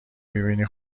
میبینی